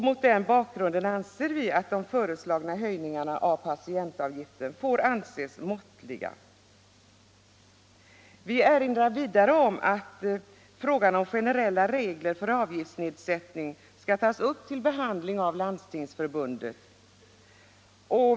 Mot den bakgrunden anser vi att de föreslagna höjningarna av patientavgifterna är måttliga. Vi erinrar vidare om att frågan om generella regler för avgiftsnedsättning skall tas upp till behandling av Landstingsförbundet.